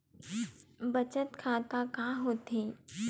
बचत खाता का होथे?